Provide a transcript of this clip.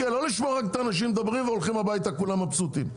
לא לשמוע את האנשים מדברים והולכים הביתה כולם מבסוטים.